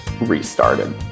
restarted